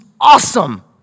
awesome